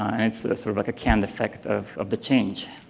and it's sort of like a canned effect of of the change.